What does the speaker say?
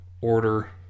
order